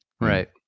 Right